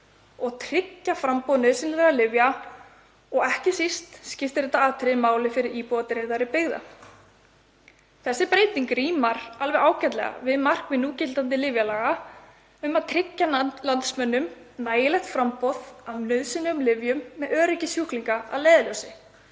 og tryggja framboð nauðsynlegra lyfja og ekki síst skiptir þetta atriði máli fyrir íbúa dreifðari byggða. Þessi breyting rímar alveg ágætlega við markmið núgildandi lyfjalaga um að tryggja landsmönnum nægilegt framboð af nauðsynlegum lyfjum með öryggi sjúklinga að leiðarljósi